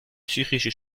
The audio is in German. psychische